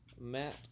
Matt